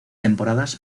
temporadas